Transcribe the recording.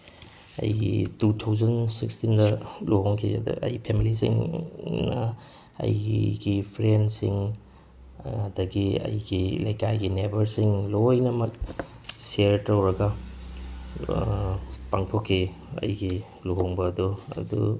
ꯑꯩꯒꯤ two thousand ꯁꯤꯛꯁꯇꯤꯟꯗ ꯂꯨꯍꯣꯡꯈꯤ ꯑꯗ ꯑꯩꯒꯤ ꯐꯦꯃꯤꯂꯤꯁꯤꯡꯅ ꯑꯩꯒꯤ ꯐ꯭ꯔꯦꯟꯁꯁꯤꯡ ꯑꯗꯒꯤ ꯑꯩꯒꯤ ꯂꯩꯀꯥꯏꯒꯤ ꯅꯥꯏꯚꯔꯁꯤꯡ ꯂꯣꯏꯅꯃꯛ ꯁꯤꯌꯥꯔ ꯇꯧꯔꯒ ꯄꯥꯡꯊꯣꯛꯈꯤ ꯑꯩꯒꯤ ꯂꯨꯍꯣꯡꯕ ꯑꯗꯣ ꯑꯗꯨ